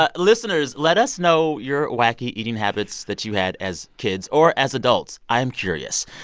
ah listeners, let us know your wacky eating habits that you had as kids or as adults. i am curious.